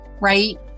right